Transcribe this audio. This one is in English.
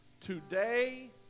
today